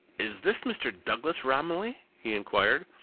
is this mr. douglas romilly, he enquired,